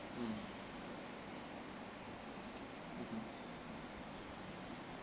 mm mmhmm